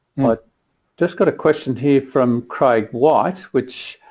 what just got a question here from craig whyte which